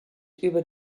über